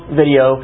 video